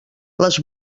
les